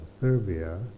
Serbia